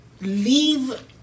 leave